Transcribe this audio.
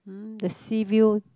hmm the sea view